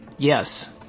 Yes